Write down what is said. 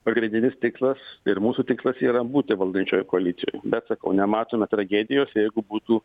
pagrindinis tikslas ir mūsų tikslas yra būti valdančiojoj koalicijoj bet sakau nematome tragedijos jeigu būtų